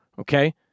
Okay